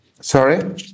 Sorry